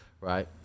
right